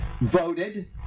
voted